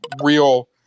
real